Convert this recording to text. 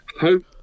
hope